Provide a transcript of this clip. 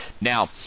Now